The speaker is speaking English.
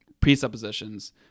presuppositions